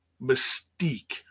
mystique